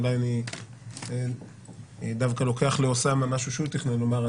אולי אני לוקח משהו לאוסאמה משהו שהוא תכנן לומר.